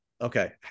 okay